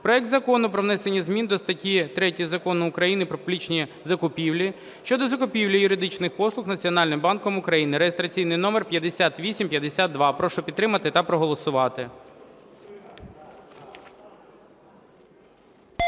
проект Закону про внесення зміни до статті 3 Закону України "Про публічні закупівлі" щодо закупівлі юридичних послуг Національним банком України (реєстраційний номер 5852). Прошу підтримати та проголосувати.